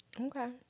Okay